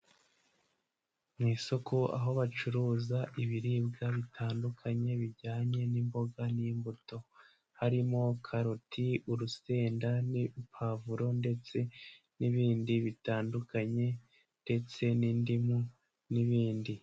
Mu isoko aho bacuruza ibiribwa bitandukanye bijyanye n'imboga n'imbuto harimo karoti, urusenda n'urupavuro ndetse n'ibindi bitandukanye ndetse n'indimu n'ibindi.